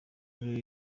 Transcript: inkuru